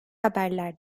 haberler